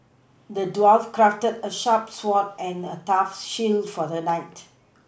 the dwarf crafted a sharp sword and a tough shield for the knight